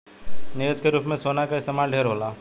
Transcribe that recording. निवेश के रूप में सोना के इस्तमाल ढेरे होला